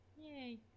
Yay